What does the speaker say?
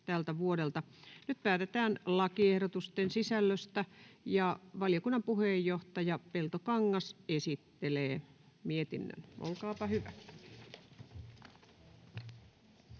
Nyt päätetään lakiehdotusten sisällöstä. — Valiokunnan puheenjohtaja Peltokangas esittelee mietinnön. Olkaapa hyvä.